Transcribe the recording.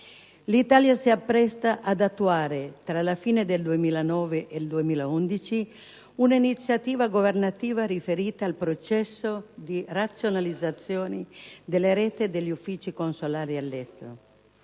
L'Italia si appresta ad attuare, tra la fine del 2009 e il 2011, un'iniziativa governativa riferita al processo di razionalizzazione della rete degli uffici consolari all'estero.